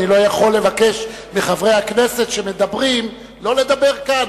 אני לא יכול לבקש מחברי הכנסת שמדברים לא לדבר כאן.